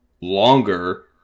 longer